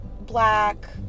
black